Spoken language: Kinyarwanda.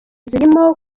zirimo